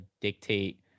dictate